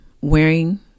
wearing